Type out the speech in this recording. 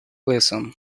wilson